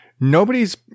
Nobody's